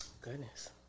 Goodness